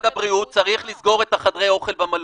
הבריאות צריך לסגור את חדרי האוכל במלון,